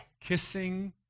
kissing